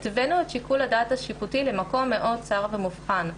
הבאנו את שיקול הדעת השיפוטי למקום מאוד צר ומובחן.